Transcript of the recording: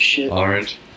Orange